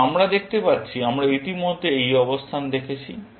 এখন আমরা দেখতে পাচ্ছি আমরা ইতিমধ্যে এই অবস্থান দেখেছি